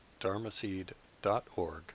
dharmaseed.org